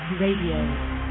Radio